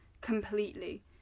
completely